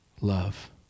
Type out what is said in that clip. love